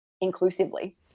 inclusively